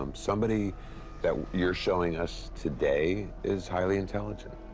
um somebody that you're showing us today is highly intelligent.